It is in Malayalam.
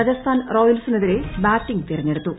രാജസ്ഥാൻ റോയൽസിനെതിരെ ബാറ്റിങ് തെരഞ്ഞെടുത്തു